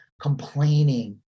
complaining